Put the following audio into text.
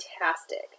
fantastic